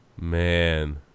man